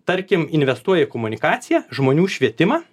tarkim investuoja į komunikaciją žmonių švietimą